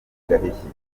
gaheshyi